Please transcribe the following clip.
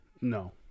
No